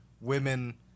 women